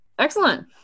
Excellent